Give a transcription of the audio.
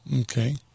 Okay